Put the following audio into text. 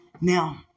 Now